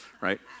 right